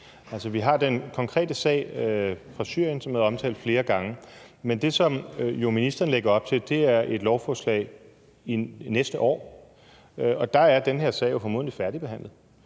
Vi har den konkrete sag fra Syrien, som er blevet omtalt flere gange, men det, ministeren jo lægger op til, er et lovforslag til næste år. Der er den her sag jo formodentlig færdigbehandlet.